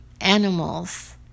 Animals